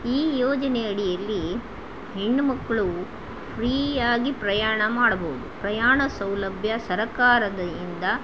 ಈ ಯೋಜನೆ ಅಡಿಯಲ್ಲಿ ಹೆಣ್ಣು ಮಕ್ಕಳು ಫ್ರೀಯಾಗಿ ಪ್ರಯಾಣ ಮಾಡಬೋದು ಪ್ರಯಾಣ ಸೌಲಭ್ಯ ಸರಕಾರದಿಂದ